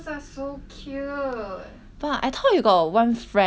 but I thought you got one friend like uh your good friend then